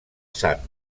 sant